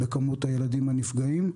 בכמות הילדים הנפגעים,